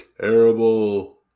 terrible